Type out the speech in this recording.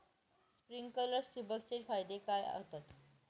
Sprinklers ठिबक चे फायदे काय होतात?